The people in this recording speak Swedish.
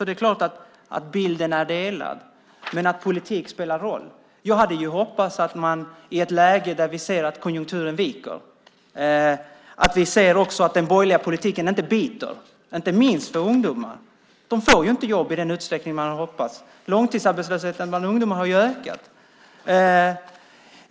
Det är klart att bilden är delad men att politik spelar roll. I ett läge där konjunkturen viker ser vi att den borgerliga politiken inte biter. Det gäller inte minst för ungdomar. De får inte jobb i den utsträckning de hade hoppats. Långtidsarbetslösheten bland ungdomar har ju ökat.